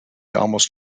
almost